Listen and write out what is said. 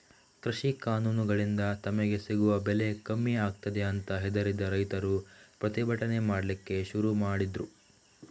ಕೃಷಿ ಕಾನೂನುಗಳಿಂದ ತಮಗೆ ಸಿಗುವ ಬೆಲೆ ಕಮ್ಮಿ ಆಗ್ತದೆ ಅಂತ ಹೆದರಿದ ರೈತರು ಪ್ರತಿಭಟನೆ ಮಾಡ್ಲಿಕ್ಕೆ ಶುರು ಮಾಡಿದ್ರು